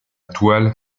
toile